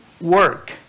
work